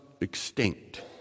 extinct